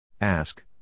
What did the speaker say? Ask